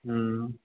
हूं